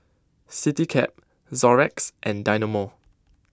CityCab Xorex and Dynamo